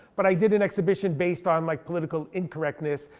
but i did an exhibition based on like political incorrectness.